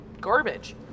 garbage